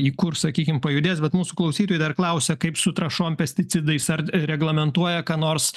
į kur sakykim pajudės bet mūsų klausytojai dar klausia kaip su trąšom pesticidais ar reglamentuoja ką nors